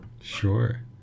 sure